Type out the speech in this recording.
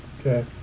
Okay